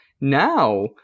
Now